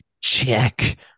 check